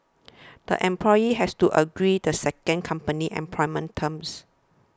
the employee has to agree the second company's employment terms